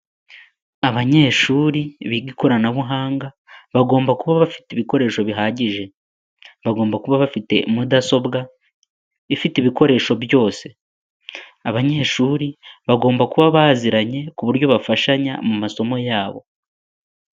Abanyeshuri biga ikoranabuhanga bagomba kuba bafite ibikoresho bihagije, bagomba kuba bafite mudasobwa ifite ibikoresho byose, abanyeshuri bagomba kuba baziranye ku buryo bafashanya mu masomo yabo.